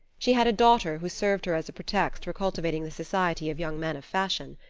she had a daughter who served her as a pretext for cultivating the society of young men of fashion.